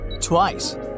Twice